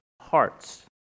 hearts